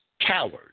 cowards